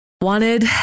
wanted